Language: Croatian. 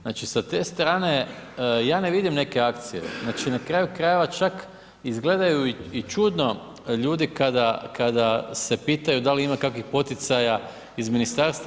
Znači sa te strane ja ne vidim neke akcije, znači na kraju krajeva čak izgledaju i čudno ljudi kada se pitaju da li ima kakvih poticaja iz ministarstva.